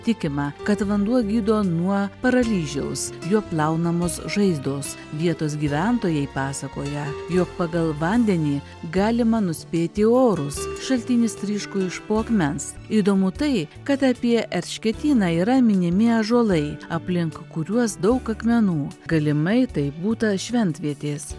tikima kad vanduo gydo nuo paralyžiaus juo plaunamos žaizdos vietos gyventojai pasakoja jog pagal vandenį galima nuspėti orus šaltinis tryško iš po akmens įdomu tai kad apie erškėtyną yra minimi ąžuolai aplink kuriuos daug akmenų galimai tai būta šventvietės